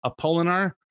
Apollinar